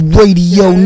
Radio